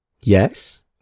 Yes